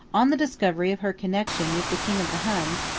on the discovery of her connection with the king of the huns,